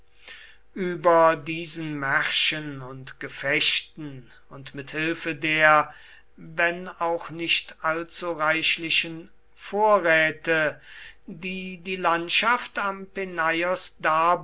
über diesen märschen und gefechten und mit hilfe der wenn auch nicht allzureichlichen vorräte die die landschaft am peneios